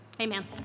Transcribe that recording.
Amen